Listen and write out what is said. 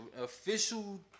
official